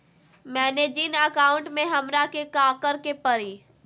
मैंने जिन अकाउंट में हमरा के काकड़ के परी?